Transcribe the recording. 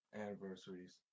anniversaries